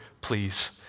please